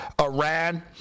Iran